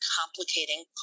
complicating